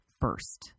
first